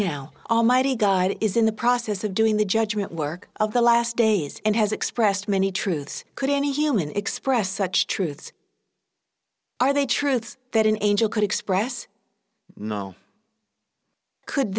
now almighty god is in the process of doing the judgement work of the last days and has expressed many truths could any human expressed such truths are they truth that an angel could express no could